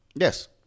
Yes